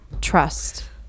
trust